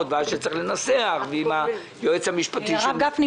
ועד שצריך לנסח ועם היועץ המשפטי --- הרב גפני,